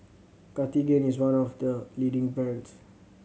Cartigain is one of the leading brands